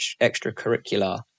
extracurricular